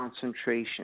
concentration